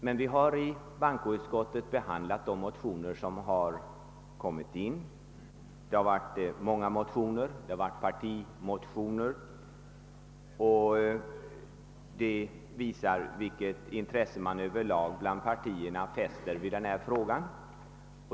De många motioner, däribland partimotioner, som bankoutskottet haft att behandla, visar vilken vikt man överlag i partierna tillmäter denna fråga.